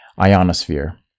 ionosphere